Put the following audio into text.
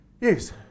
Yes